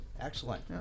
Excellent